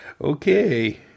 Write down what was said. okay